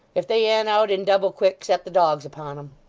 if they an't out in double-quick, set the dogs upon em!